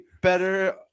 better